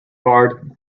hard